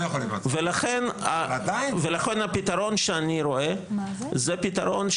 ולכן הפתרון שאני רואה זה פתרון,